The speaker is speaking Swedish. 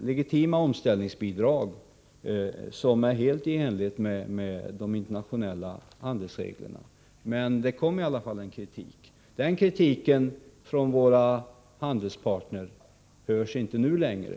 legitima omställningsbidrag som står helt i överensstämmelse med de internationella handelsreglerna, men det kom i alla fall en kritik. Den kritiken från våra handelspartner hörs inte nu längre.